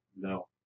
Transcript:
No